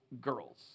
girls